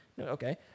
Okay